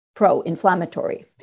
pro-inflammatory